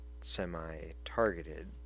semi-targeted